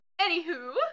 Anywho